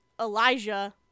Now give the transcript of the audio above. Elijah